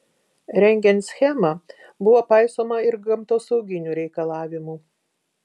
rengiant schemą buvo paisoma ir gamtosauginių reikalavimų